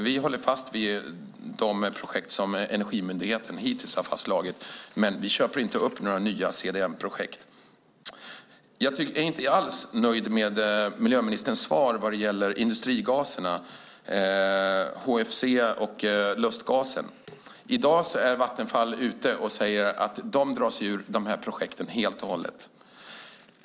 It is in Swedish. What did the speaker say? Vi håller fast vid de projekt som Energimyndigheten hittills har fastslagit, men vi köper inte upp några nya CDM-projekt. Jag är inte alls nöjd med miljöministerns svar vad gäller industrigaserna, HFC och lustgasen. I dag är Vattenfall ute och säger att det drar sig ur dessa projekt helt och hållet.